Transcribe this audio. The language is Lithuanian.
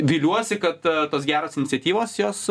viliuosi kad tos geros iniciatyvos jos